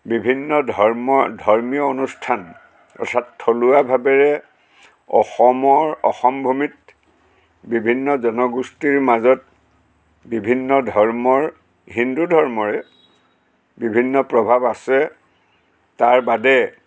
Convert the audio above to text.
বিভিন্ন ধৰ্ম ধৰ্মীয় অনুষ্ঠান অৰ্থাৎ থলুৱা ভাৱেৰে অসমৰ অসমভূমিত বিভিন্ন জনগোষ্ঠীৰ মাজত বিভিন্ন ধৰ্মৰ হিন্দু ধৰ্মৰে বিভিন্ন প্ৰভাৱ আছে তাৰ বাদে